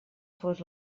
fos